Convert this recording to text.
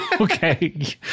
Okay